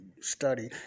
study